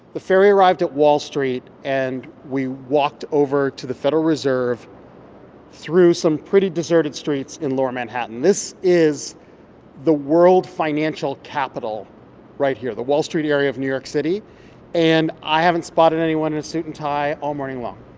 the ferry arrived at wall street, and we walked over to the federal reserve through some pretty deserted streets in lower manhattan. this is the world financial capital right here the wall street area of new york city and i haven't spotted anyone in a suit and tie all morning long